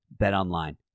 BetOnline